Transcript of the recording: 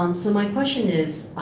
um so my question is